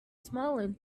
smiling